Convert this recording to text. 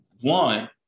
one